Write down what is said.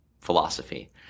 philosophy